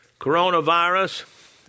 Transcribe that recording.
coronavirus